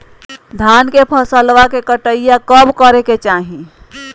धान के फसलवा के कटाईया कब करे के चाही?